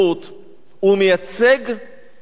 הוא מייצג את אומתו,